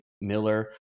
Miller